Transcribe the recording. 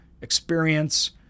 experience